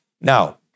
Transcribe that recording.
Now